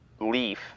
leaf